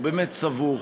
הוא באמת סבוך,